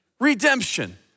redemption